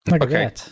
Okay